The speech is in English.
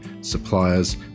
suppliers